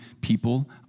people